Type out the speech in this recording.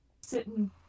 sitting